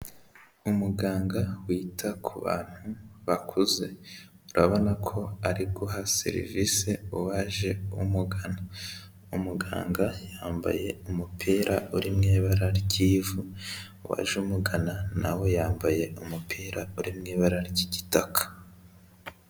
Umuganga wita ku bantu bakuze, urabona ko ari guha serivisi uwaje umugana, umuganga yambaye umupira uri mu ibara ry'ivu, uwaje umugana na we yambaye umupira uri mu ibara ry'igitaka.